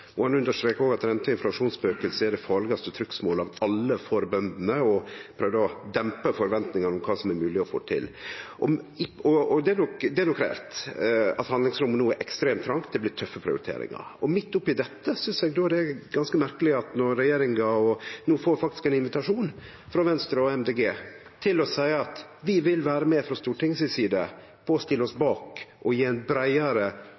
og han understreka òg at rente- og inflasjonsspøkelset er det farlegaste trugsmålet av alle for bøndene, og prøvde å dempe forventningane om kva som er mogleg å få til. Det er nok reelt at handlingsrommet no er ekstremt trongt, det blir tøffe prioriteringar. Midt oppi dette synest eg det er ganske merkeleg når regjeringa no faktisk får ein invitasjon frå Venstre og Miljøpartiet Dei Grøne der vi seier at vi vil vere med – frå Stortinget si side – på å stille oss bak og gje ein breiare,